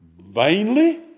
vainly